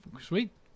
sweet